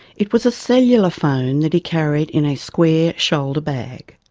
it was a cellular phone that he carried in a square shoulder bag.